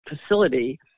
facility